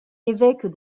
évêque